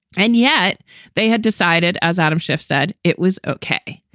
and yet they had decided, as adam schiff said, it was okay.